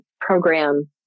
program